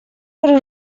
per